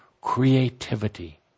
creativity